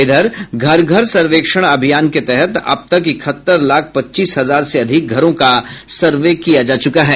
इधर घर घर सर्वेक्षण अभियान के तहत अब तक इकहत्तर लाख पच्चीस हजार से अधिक घरों का सर्वे किया जा चुका है